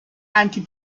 anti